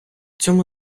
цьому